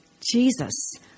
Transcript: Jesus